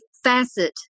facet